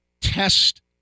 test